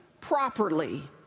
properly